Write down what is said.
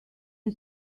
you